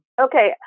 Okay